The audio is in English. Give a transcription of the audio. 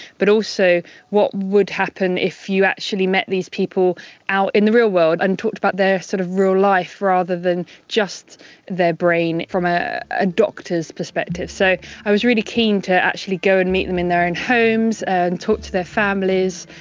but also what would happen if you actually met these people out in the real world and talked about their sort of real life rather than just their brain from a ah doctor's perspective. so i was really keen to actually go and meet them in their own and homes, and talk to their families,